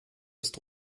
ist